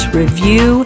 review